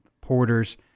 Porter's